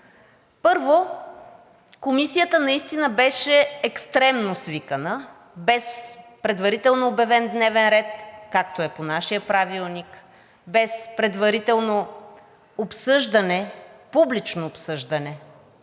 Първо, Комисията наистина беше екстремно свикана, без предварително обявен дневен ред, както е по нашия Правилник, без предварително публично обсъждане